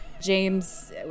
James